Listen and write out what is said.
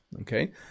okay